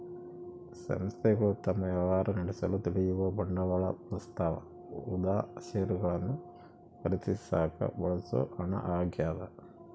ಸಂಸ್ಥೆಗಳು ತಮ್ಮ ವ್ಯವಹಾರ ನಡೆಸಲು ದುಡಿಯುವ ಬಂಡವಾಳ ಬಳಸ್ತವ ಉದಾ ಷೇರುಗಳನ್ನು ಖರೀದಿಸಾಕ ಬಳಸೋ ಹಣ ಆಗ್ಯದ